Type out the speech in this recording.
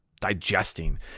digesting